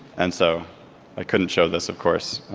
and so i couldn't show this, of course.